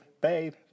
babe